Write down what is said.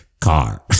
Car